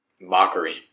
mockery